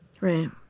Right